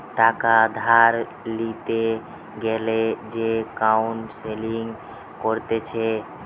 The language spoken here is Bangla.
টাকা ধার লিতে গ্যালে যে কাউন্সেলিং কোরছে